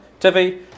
Tiffy